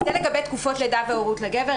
זה לגבי תקופות לידה והורות לגבר.